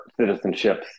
citizenships